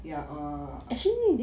ya err